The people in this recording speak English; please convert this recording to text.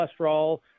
cholesterol